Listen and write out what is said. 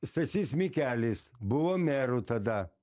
stasys mikelis buvo meru tada